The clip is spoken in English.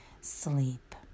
sleep